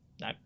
No